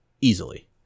easily